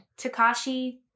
takashi